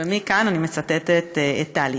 ומכאן אני מצטטת את טלי.